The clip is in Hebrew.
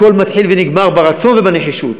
הכול מתחיל ונגמר ברצון ובנחישות.